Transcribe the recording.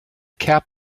cap